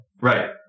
Right